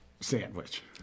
Sandwich